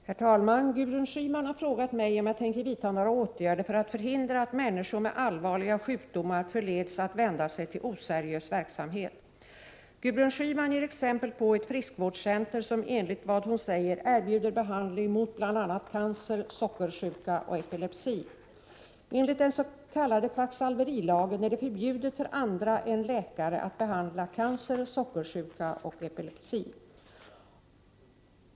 Herr talman! Gudrun Schyman har frågat mig om jag tänker vidta några åtgärder för att förhindra att människor med allvarliga sjukdomar förleds att vända sig till oseriös verksamhet. Gudrun Schyman ger exempel på ett friskvårdscenter som enligt vad hon säger erbjuder behandling mot bl.a. cancer, sockersjuka och epilepsi. Enligt den s.k. kvacksalverilagen är det förbjudet för andra än läkare att behandla cancer, sockersjuka och epilepsi.